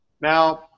Now